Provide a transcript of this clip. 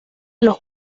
los